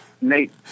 Nate